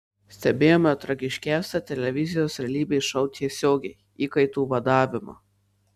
stebėjome tragiškiausią televizijos realybės šou tiesiogiai įkaitų vadavimą